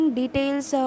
details